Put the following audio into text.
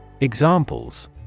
Examples